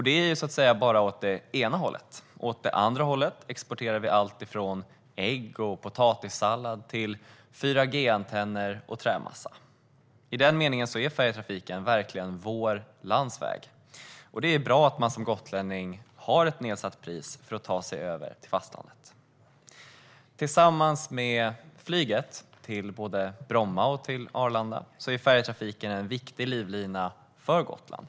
Det är bara åt det ena hållet. Åt det andra hållet exporterar vi alltifrån ägg och potatissallad till 4G-antenner och trämassa. I den meningen är färjetrafiken verkligen vår landsväg. Det är bra att man som gotlänning har ett nedsatt pris för att ta sig över till fastlandet. Tillsammans med flyget till både Bromma och Arlanda är färjetrafiken en viktig livlina för Gotland.